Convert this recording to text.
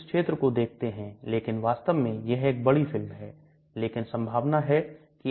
सतह क्षेत्र 01 वर्ग मीटर है pH बहुत बहुत कम 14 से 2 है